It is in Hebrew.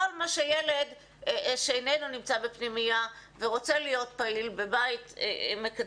כל מה שילד שאיננו נמצא בפנימייה ורוצה להיות פעיל בבית מקדם,